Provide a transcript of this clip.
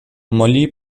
molly